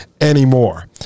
anymore